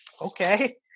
okay